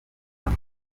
bana